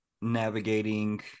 navigating